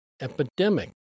epidemic